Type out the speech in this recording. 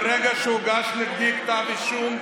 ברגע שהוגש נגדי כתב אישום,